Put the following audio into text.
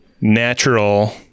natural